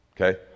Okay